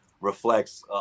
reflects